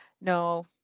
No